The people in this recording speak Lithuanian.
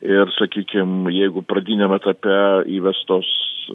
ir sakykim jeigu pradiniam etape įvestos